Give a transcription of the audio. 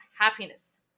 happiness